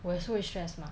我也是会 stress 吗